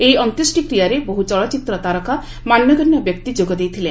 ଏହି ଅନ୍ତ୍ୟେଷ୍ଟିକ୍ରିୟାରେ ବହୁ ଚଳଚ୍ଚିତ୍ର ତାରକା ମାନ୍ୟଗଣ୍ୟ ବ୍ୟକ୍ତି ଯୋଗ ଦେଇଥିଲେ